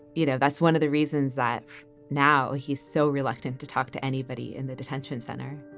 you know, that's one of the reasons i've now he's so reluctant to talk to anybody in the detention center